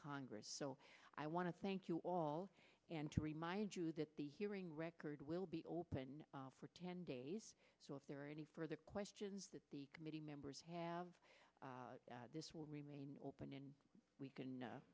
congress so i want to thank you all and to remind you that the hearing record will be open for ten days so if there are any further questions that the committee members have this will remain open and we can